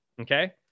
Okay